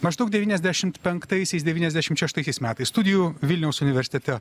maždaug devyniasdešimt penktaisiais devyniasdešimt šeštaisiais metais studijų vilniaus universitete